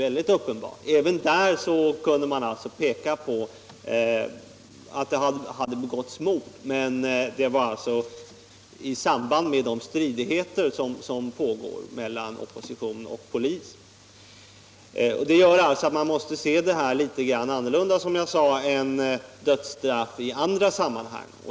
Även där kunde man peka på att det begåtts mord —- men det skedde i samband med de stridigheter som pågår mellan opposition och 29 polis. Det gör att man måste se dessa dödsstraff litet annorlunda än dödsstraff i andra sammanhang.